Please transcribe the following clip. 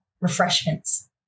refreshments